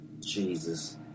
Jesus